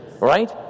right